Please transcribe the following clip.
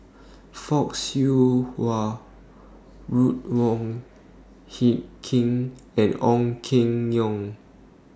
Fock Siew Wah Ruth Wong Hie King and Ong Keng Yong